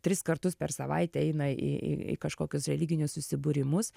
tris kartus per savaitę eina į į į kažkokius religinius susibūrimus